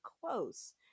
close